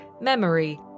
memory